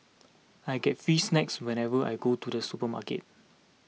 I get free snacks whenever I go to the supermarket